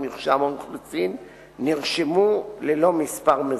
מרשם האוכלוסין נרשמו ללא מספר מזהה.